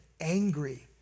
angry